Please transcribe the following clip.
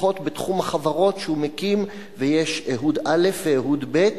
לפחות בתחום החברות שהוא מקים ויש אהוד א' ואהוד ב',